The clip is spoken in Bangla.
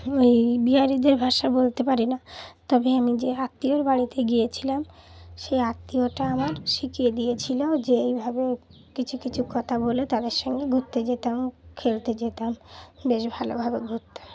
ওই বিহারিদের ভাষা বলতে পারি না তবে আমি যে আত্মীয়র বাড়িতে গিয়েছিলাম সেই আত্মীয়টা আমার শিখিয়ে দিয়েছিলো যে এইভাবে কিছু কিছু কথা বলে তাদের সঙ্গে ঘুরতে যেতাম খেলতে যেতাম বেশ ভালোভাবে ঘুরতাম